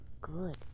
Good